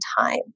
time